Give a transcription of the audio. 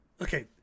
okay